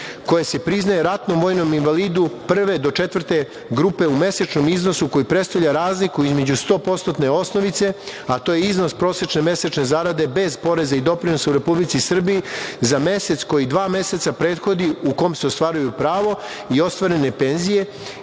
koja se priznaje ratnom vojnom invalidu prve do četvrte grupe u mesečnom iznosu koji predstavlja razliku između 100% osnovice, a to je iznos prosečne mesečne zarade bez poreza i doprinosa u Republici Srbiji za mesec koji dva meseca prethodi u kome se ostvaruje pravo i ostvarene penzije. Treće,